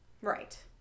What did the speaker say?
Right